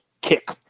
kick